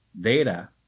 data